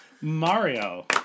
Mario